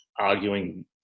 arguing